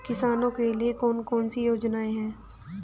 किसानों के लिए कौन कौन सी योजनाएं हैं?